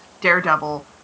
Daredevil